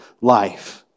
life